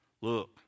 look